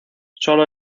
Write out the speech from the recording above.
sólo